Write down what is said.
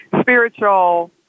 spiritual